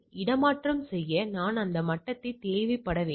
இடமாற்றம் செய்ய நான் அந்த மட்டத்தில் தேவைப்பட வேண்டும்